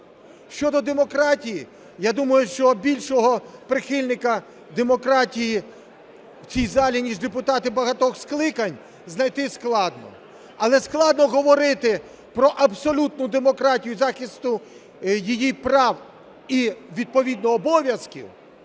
Щодо демократії, я думаю, що більшого прихильника демократії в цій залі, ніж депутати багатьох скликань, знайти складно. Але складно говорити про абсолютну демократію і захист її прав і відповідно обов'язків